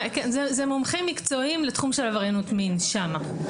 זה מומחים מקצועיים לתחום של עבריינות מין שם.